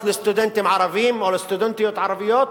לסטודנטים ערבים או לסטודנטיות ערביות,